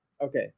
okay